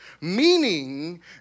meaning